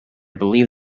believe